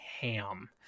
ham